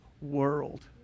world